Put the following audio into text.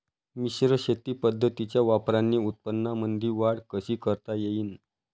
मिश्र शेती पद्धतीच्या वापराने उत्पन्नामंदी वाढ कशी करता येईन?